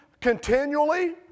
continually